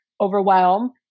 overwhelm